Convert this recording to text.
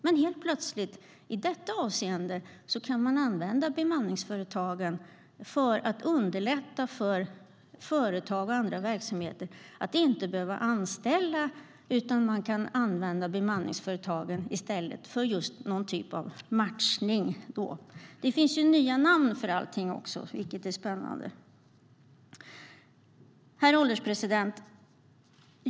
Men i detta avseende kan bemanningsföretag tydligen användas för att underlätta matchning för företag och andra verksamheter utan att behöva anställa. Herr ålderspresident!